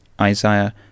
Isaiah